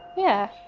yeah